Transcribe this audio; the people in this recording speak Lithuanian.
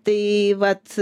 tai vat